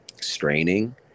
straining